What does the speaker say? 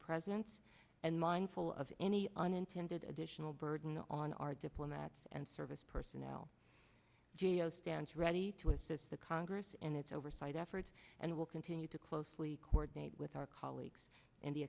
presence and mindful of any unintended additional burden on our diplomats and service personnel j o stands ready to assist the congress in its oversight efforts and will continue to closely coordinate with our colleagues in the